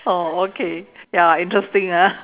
oh okay ya interesting ah